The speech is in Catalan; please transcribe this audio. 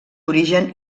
origen